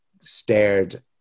stared